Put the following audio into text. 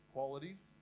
Qualities